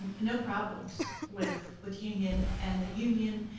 and no problems with with union, and the union,